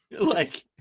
like,